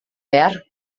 behar